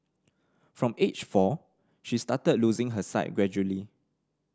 from age four she started losing her sight gradually